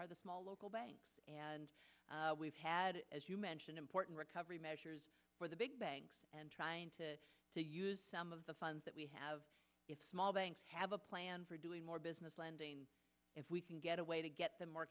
are the small local banks and we've had as you mentioned important recovery measures where the big banks and trying to use some of the funds that we have small banks have a plan for doing more business lending if we can get a way to get them more